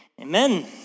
amen